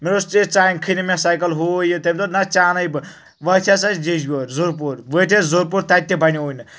مےٚ دوٚپمَس ہے ژےٚ أنۍ کھٕے نہ مےٚ سایکَل ہُو یہِ تٔمۍ دوٚپ نہ ژےٚ اَنے بہٕ وۄنۍ ہَسا چھِ أسی یٖجبیور زُرپوٗر وٲتۍ أسۍ زُرپوٗرتتہِ تہِ بنیووٕے نہٕ